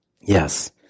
Yes